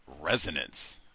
resonance